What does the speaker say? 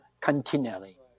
continually